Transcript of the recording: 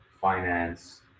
finance